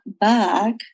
back